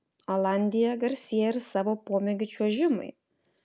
olandija garsėja ir savo pomėgiu čiuožimui